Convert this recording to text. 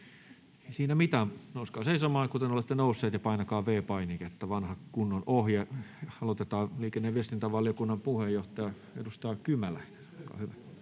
siinä mitään. Nouskaa seisomaan, kuten olette nousseet, ja painakaa V-painiketta, vanha kunnon ohje. — Aloitetaan liikenne- ja viestintävaliokunnan puheenjohtajasta, edustaja Kymäläisestä. — Olkaa hyvä.